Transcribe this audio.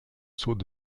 sauts